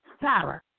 Sarah